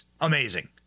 amazing